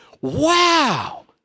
wow